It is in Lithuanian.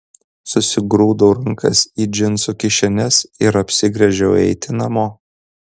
susigrūdau rankas į džinsų kišenes ir apsigręžiau eiti namo